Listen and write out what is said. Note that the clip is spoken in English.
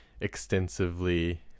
extensively